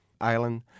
island